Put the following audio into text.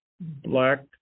black